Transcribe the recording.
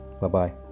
bye-bye